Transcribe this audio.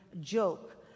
joke